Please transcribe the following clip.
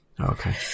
Okay